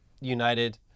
united